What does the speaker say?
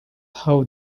how